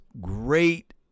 great